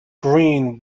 green